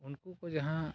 ᱩᱱᱠᱩ ᱠᱚ ᱡᱟᱦᱟᱸ